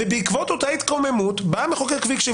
ובעקבות אותה התקוממות בא המחוקק והקשיב